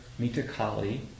Mitakali